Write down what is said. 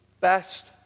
best